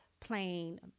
playing